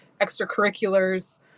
extracurriculars